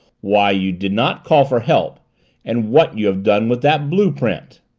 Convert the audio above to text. why you did not call for help and what you have done with that blue-print.